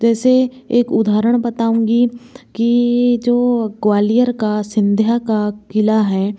जैसे एक उदाहरण बताऊँगी कि जो ग्वालियर का सिंधिया का किला है